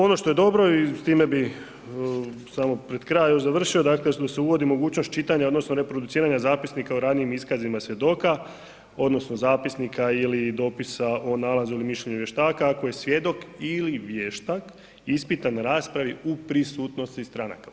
Ono što je dobro i s time bih samo pred kraj još završio, dakle što se uvodi mogućnost čitanja, odnosno reproduciranja zapisnika o ranijim iskazima svjedoka, odnosno zapisnika ili dopisa o nalazu ili mišljenju vještaka ako je svjedok ili vještak ispitan na raspravi u prisutnosti stranaka.